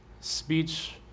Speech